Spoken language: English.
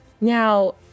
Now